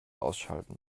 ausschalten